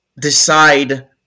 decide